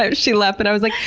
ah she left. and i was like,